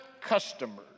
customers